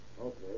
Okay